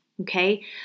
Okay